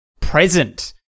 present